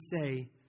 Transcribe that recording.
say